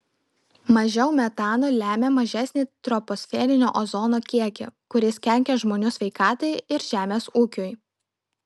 mažiau metano lemia mažesnį troposferinio ozono kiekį kuris kenkia žmonių sveikatai ir žemės ūkiui